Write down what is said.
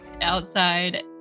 outside